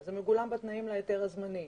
זה מגולם בתנאים להיתר הזמני.